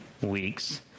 weeks